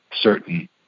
certain